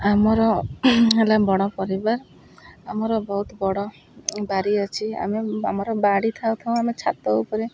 ଆମର ହେଲା ବଡ଼ ପରିବାର ଆମର ବହୁତ ବଡ଼ ବାରି ଅଛି ଆମେ ଆମର ବାଡ଼ି ଥାଉଥାଉଁ ଆମେ ଛାତ ଉପରେ